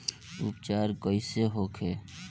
उपचार कईसे होखे?